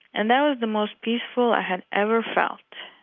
and that was the most peaceful i had ever felt.